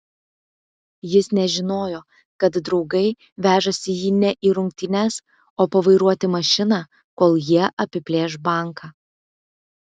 jis nežinojo kad draugai vežasi jį ne į rungtynes o pavairuoti mašiną kol jie apiplėš banką